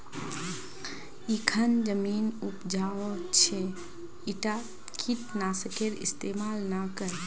इखन जमीन उपजाऊ छ ईटात कीट नाशकेर इस्तमाल ना कर